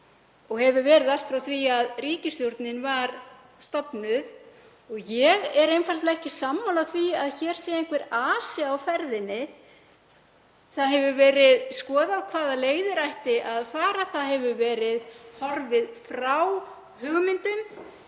í gangi allt frá því að ríkisstjórnin var stofnuð. Ég er einfaldlega ekki sammála því að hér sé einhver asi á ferðinni. Það hefur verið skoðað hvaða leiðir ætti að fara. Það hefur verið horfið frá hugmyndum.